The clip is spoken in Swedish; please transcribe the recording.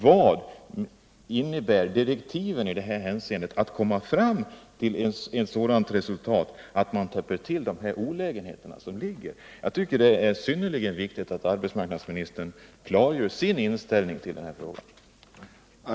Vad innebär direktiven i detta hänseende? Kommer utredningen att eliminera lagens olägenheter? Det är synnerligen viktigt att arbetsmarknadsministern klargör sin inställning till denna fråga.